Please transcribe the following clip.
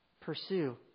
Pursue